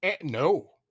No